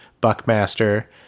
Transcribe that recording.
Buckmaster